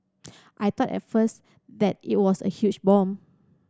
I thought at first that it was a huge bomb